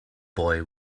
boy